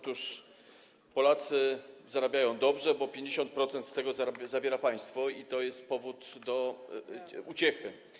Otóż Polacy zarabiają dobrze, bo 50% z tego zabiera państwo i to jest powód do uciechy.